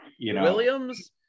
Williams